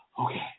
okay